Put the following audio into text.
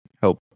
help